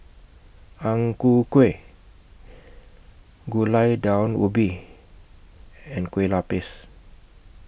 Ang Ku Kueh Gulai Daun Ubi and Kueh Lapis